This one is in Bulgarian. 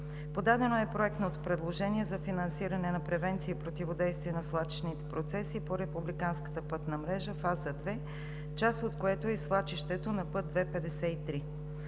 Подадено е проектното предложение за финансиране, превенция и противодействие на свлачищните процеси по републиканската пътна мрежа фаза 2, част от което е и свлачището на път II-53.